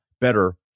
better